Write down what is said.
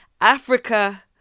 Africa